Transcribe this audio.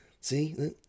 see